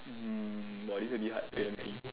mm but it's a bit hard wait let me think